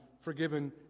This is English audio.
forgiven